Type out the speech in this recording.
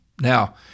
Now